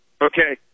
Okay